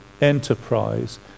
enterprise